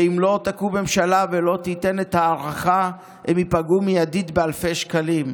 ואם לא תקום ממשלה ולא תיתן לכך הארכה הם ייפגעו מיידית באלפי שקלים.